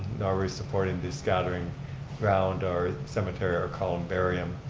we're supporting the scattering ground or cemetery or columbarium.